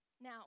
Now